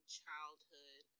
childhood